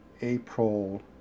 April